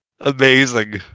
amazing